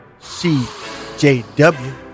CJW